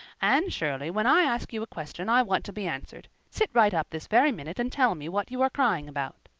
anne shirley, when i ask you a question i want to be answered. sit right up this very minute and tell me what you are crying about.